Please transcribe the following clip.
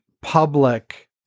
public